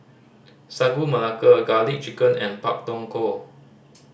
Sagu Melaka Garlic Chicken and Pak Thong Ko